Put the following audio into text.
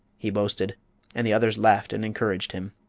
he boasted and the others laughed and encouraged him.